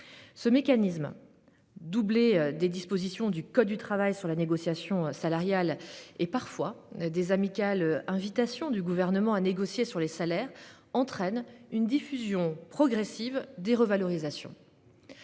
Ce mécanisme, auquel s'ajoutent les dispositions du code du travail sur la négociation salariale, mais aussi, parfois, d'amicales invitations du Gouvernement à négocier sur les salaires, entraîne une diffusion progressive des revalorisations.